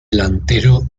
delantero